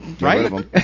Right